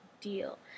deal